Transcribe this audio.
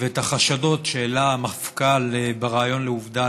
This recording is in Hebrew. ואת החשדות שהעלה המפכ"ל לאוויר בריאיון לעובדה,